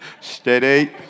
Steady